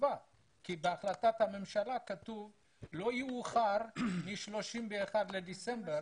כתובה כי בהחלטת הממשלה כתוב לא יאוחר מ-31 בדצמבר.